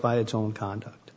by its own conduct